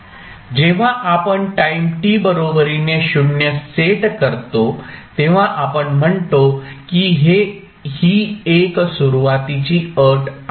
जेव्हा आपण time t बरोबरीने 0 सेट करतो तेव्हा आपण म्हणतो की ही एक सुरुवातीची अट आहे